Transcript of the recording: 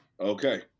Okay